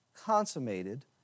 consummated